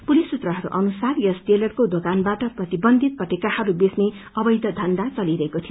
police सूत्रहरू अनुसार यस टेलरको दोकानवाट प्रतिवन्थित पटेकाहरू बेच्ने अवैध धन्धा चलिरहेको थियो